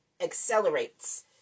accelerates